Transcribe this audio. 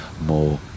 more